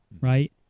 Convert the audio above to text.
right